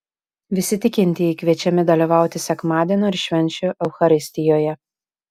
visi tikintieji kviečiami dalyvauti sekmadienio ir švenčių eucharistijoje